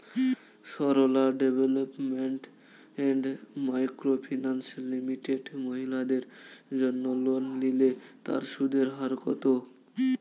Sarala development and micro finance limited মহিলাদের জন্য loan নিলে তার সুদের হার কত?